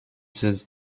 sind